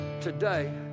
Today